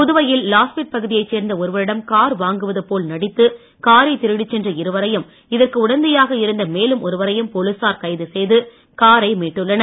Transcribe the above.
புதுவையில் லாஸ்பேட் பகுதியைச் சேர்ந்த ஒருவரிடம் கார் வாங்குவது போல் நடித்து காரைத் திருடிச் சென்ற இருவரையும் இதற்கு உடந்தையாக இருந்த மேலும் ஒருவரையும் போலீசார் கைது செய்து காரை மீட்டுள்ளனர்